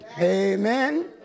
Amen